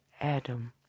Adam